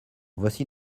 voici